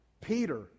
Peter